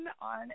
on